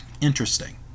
Interesting